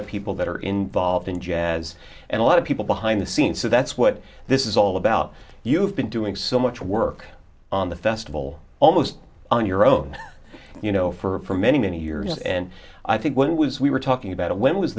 of people that are involved in jazz and a lot of people behind the scenes so that's what this is all about you've been doing so much work on the festival almost on your own you know for many many years and i think one was we were talking about when was